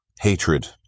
hatred